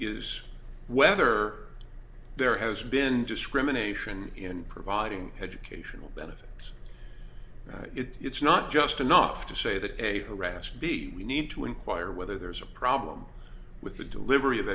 is whether there has been discrimination in providing educational benefits it's not just enough to say that a harassed be need to inquire whether there's a problem with the delivery of